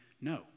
no